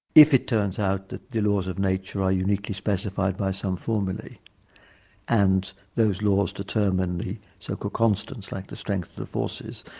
if it turns out that the laws of nature are uniquely specified by some formulae and those laws determine the so-called constants like the strength the forces,